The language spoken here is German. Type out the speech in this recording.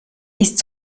ist